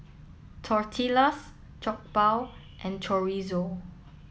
Tortillas Jokbal and Chorizo